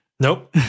Nope